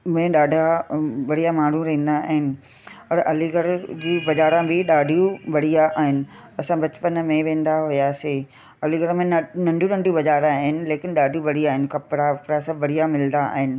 में ॾाढा बढ़िया माण्हू रहंदा आहिनि और अलीगढ़ जी बाजारि बि ॾाढियूं बढ़िया आहिनि असां बचपन में वेंदा हुआसीं अलीगढ़ में नंढियूं नंढियूं बाज़ारि आहिनि लेकिन ॾाढी वॾी आहिनि कपिड़ा वपड़ा सभु बढ़िया मिलंदा आहिनि